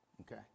okay